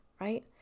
right